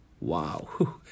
wow